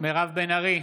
מירב בן ארי,